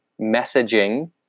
messaging